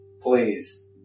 please